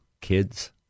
kids